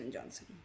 Johnson